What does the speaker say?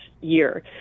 year